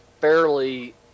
fairly